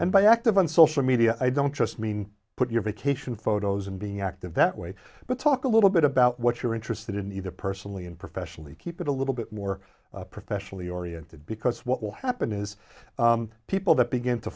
and be active on social media i don't just mean put your vacation photos and being active that way but talk a little bit about what you're interested in either personally and professionally keep it a little bit more professionally oriented because what will happen is people that begin to